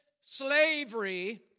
slavery